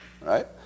right